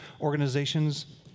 organizations